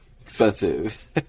expensive